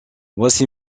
voici